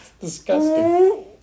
Disgusting